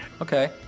Okay